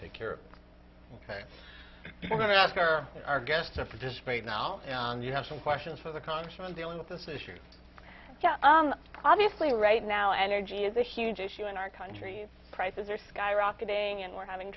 take care of ok we're going to ask our our guests simply dissipate now and you have some questions for the congressman dealing with this issue obviously right now energy is a huge issue in our country prices are skyrocketing and we're having